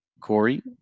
Corey